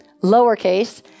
lowercase